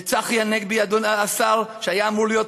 וצחי הנגבי, אדוני השר, שהיה אמור להיות פה,